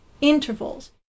intervals